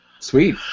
Sweet